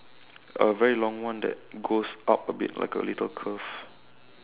a very long one that goes up a bit like a little curve